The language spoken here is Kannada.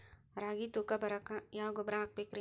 ರಾಗಿ ತೂಕ ಬರಕ್ಕ ಯಾವ ಗೊಬ್ಬರ ಹಾಕಬೇಕ್ರಿ?